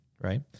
right